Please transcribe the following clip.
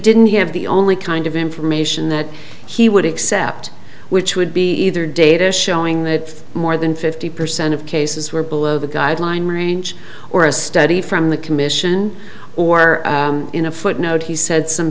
didn't have the only kind of information that he would accept which would be either data showing that more than fifty percent of cases were below the guideline range or a study from the commission or in a footnote he said some